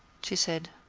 she said.